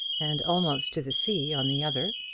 and almost to the sea on the other,